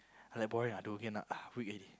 I like boring ah do again ah weak already